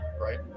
right